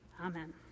Amen